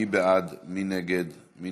12 בעד, ואני